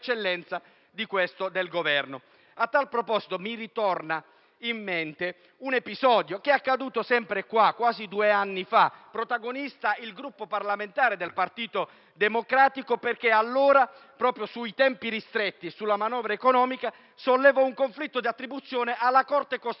eccellenza del Governo. A tal proposito, mi torna in mente un episodio accaduto sempre qui quasi due anni fa, di cui fu protagonista il Gruppo parlamentare del Partito Democratico: allora, proprio sui tempi ristretti della manovra economica, sollevò un conflitto di attribuzione presso la Corte costituzionale.